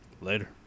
Later